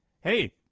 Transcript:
hey